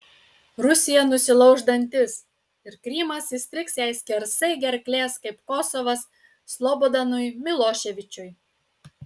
rusija nusilauš dantis ir krymas įstrigs jai skersai gerklės kaip kosovas slobodanui miloševičiui